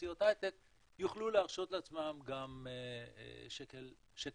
תעשיות הייטק יוכלו להרשות לעצמן גם שקל מיוסף.